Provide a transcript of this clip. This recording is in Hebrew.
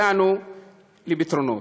הגענו לפתרונות.